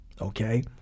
okay